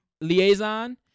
liaison